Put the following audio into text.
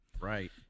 right